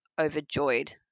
overjoyed